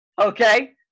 Okay